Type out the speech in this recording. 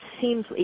seems